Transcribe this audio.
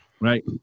Right